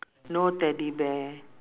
no teddy bear